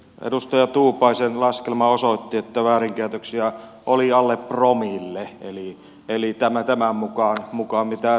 edustaja tuupaisen laskelma osoitti että väärinkäytöksiä oli alle promille tämän mukaan mitä äsken selvititte